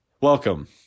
Welcome